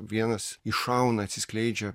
vienas iššauna atsiskleidžia